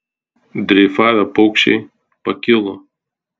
dreifavę paukščiai pakilo